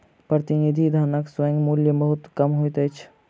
प्रतिनिधि धनक स्वयं मूल्य बहुत कम होइत अछि